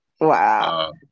wow